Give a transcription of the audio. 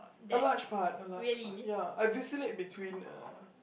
a large part a large part ya I vacillate between uh